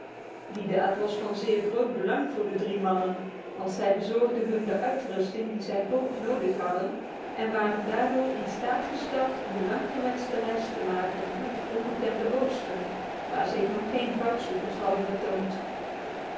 die daad was van zeer groot belang voor de drie mannen want zij bezorgde hun de uitrusting die zij hoognodig hadden en waren daardoor in staat gesteld de langgewenste reis te maken naar het onbekende oosten waar zich nog geen goudzoekers hadden vertoond